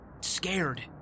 scared